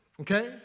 Okay